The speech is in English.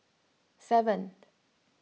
seven